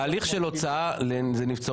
תהליך של הוצאה זה נבצרות,